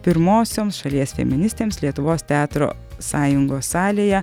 pirmosioms šalies feministėms lietuvos teatro sąjungos salėje